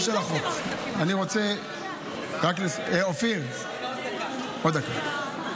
לגופו של החוק, אני רוצה רק, אופיר, עוד דקה.